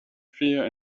fear